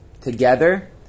together